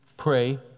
Pray